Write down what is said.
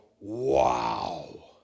wow